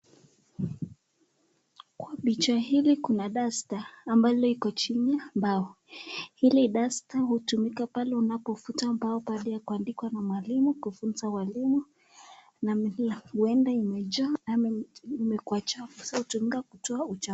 Kwa picha hili kuna duster ambalo iko chini la mbao. Hili duster utumika pale unapofuta mbao baada ya kuandikwa na mwalimu, kufuzwa mwalimu. Huenda imejaa ama imekuwa uchafu so tunaenda kutoa uchafu.